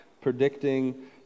predicting